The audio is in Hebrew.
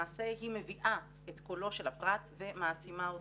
למעשה היא מביאה את קולו של הפרט ומעצימה אותו,